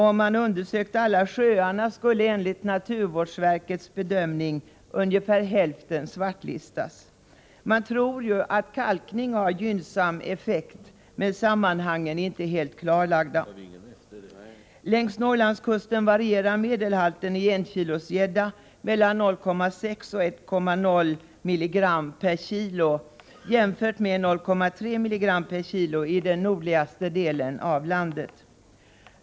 Om man undersökte alla sjöarna skulle man enligt naturvårdsverkets bedömning behöva svartlista ungefär hälften. Man tror att kalkning har gynnsam effekt, men sammanhangen är inte helt klarlagda. Längs Norrlandskusten varierar medelhalten i enkilosgädda mellan 0,6 och 1,0 mg kg i nordligaste delen av landet.